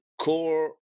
core